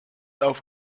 auf